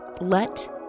Let